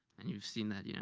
and you've seen that yeah